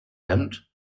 hemd